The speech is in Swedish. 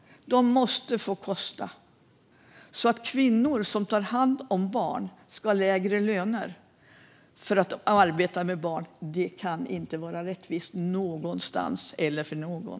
De måste få kosta. Att kvinnor som tar hand om barn ska ha lägre löner kan inte vara rättvist någonstans eller för någon.